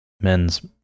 men's